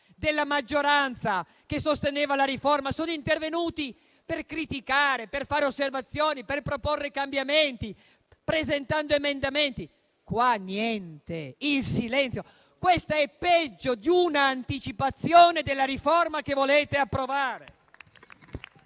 della maggioranza che sosteneva la riforma sono intervenuti per criticarla, per fare osservazioni, per proporre cambiamenti, presentando emendamenti. In questo caso non c'è niente: il silenzio. Questo è peggio di una anticipazione della riforma che volete approvare.